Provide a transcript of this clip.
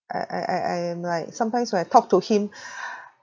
I I I am like sometimes when I talk to him